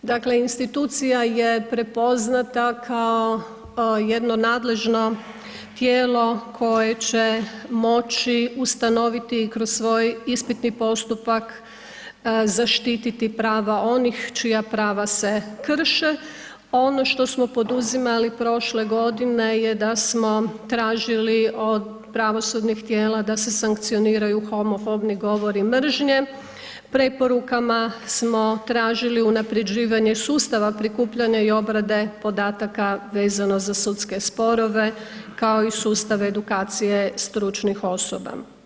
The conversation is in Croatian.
Dakle institucija je prepoznata kao jedno nadležno tijelo koje će moći ustanoviti kroz svoj ispitni postupak zaštititi prava onih čija prava se krše, ono što smo poduzimali prošle godine je da smo tražili od pravosudnih tijela da se sankcioniraju homofobni govori mržnje, preporukama smo tražili unaprjeđivanje sustava, prikupljanje i obrade podataka vezano za sudske sporove kao i sustav edukacije stručnih osoba.